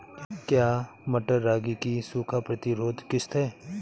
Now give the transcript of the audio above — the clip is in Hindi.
क्या मटर रागी की सूखा प्रतिरोध किश्त है?